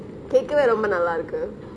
கேக்கவே ரொம்ப நல்லாருக்கு:kekkave rombe nallarukku